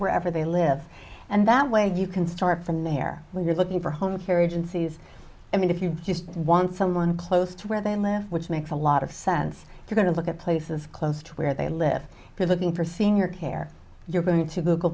wherever they live and that way you can start from there when you're looking for home a karajan sees i mean if you just want someone close to where they live which makes a lot of sense you're going to look at places close to where they live because looking for senior care you're going to go